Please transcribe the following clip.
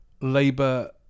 Labour